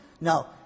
No